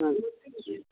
ആ